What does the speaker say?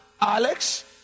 Alex